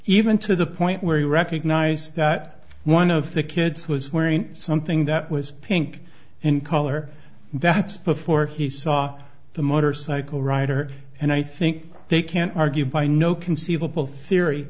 even to the point where he recognized that one of the kids was wearing something that was pink in color that's before he saw the motorcycle rider and i think they can argue by no conceivable theory